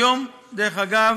היום, דרך אגב,